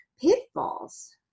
pitfalls